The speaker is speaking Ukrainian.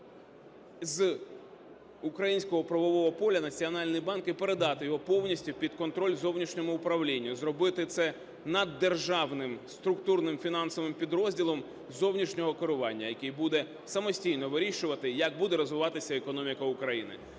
з українського правового поля Національний банк і передати його повністю під контроль зовнішньому управлінню, й зробити це наддержавним структурним фінансовим підрозділом зовнішнього керування, який буде самостійно вирішувати, як буде розвиватися економіка України.